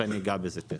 ותיכף אגע בזה.